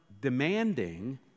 demanding